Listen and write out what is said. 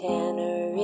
Tanner